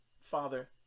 father